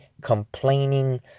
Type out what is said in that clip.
complaining